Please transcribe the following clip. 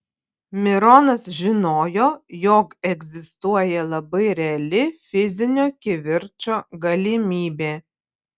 mironas žinojo jog egzistuoja labai reali fizinio kivirčo galimybė